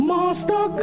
Master